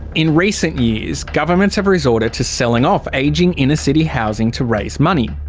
in recent years, governments have resorted to selling off ageing inner city housing to raise money.